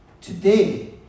Today